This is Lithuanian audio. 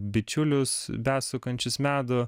bičiulius besukančius medų